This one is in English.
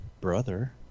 brother